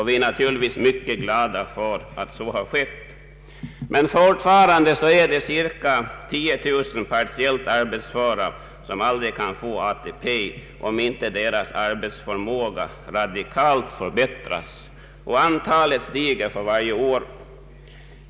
Vi är naturligtvis mycket glada för att så skett, men fortfarande finns cirka 10 000 partiellt arbetsföra som aldrig kan få ATP om deras arbetsförmåga inte förbättras radikalt. Detta antal stiger för varje år.